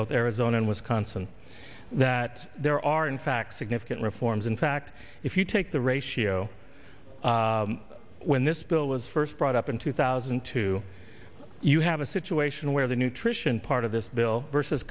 both arizona and wisconsin that there are in fact significant reforms in fact if you take the ratio when this bill was first brought up in two thousand and two you have a situation where the nutrition part of this bill versus